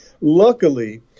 Luckily